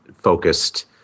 focused